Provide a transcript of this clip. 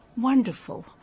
wonderful